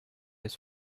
his